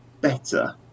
better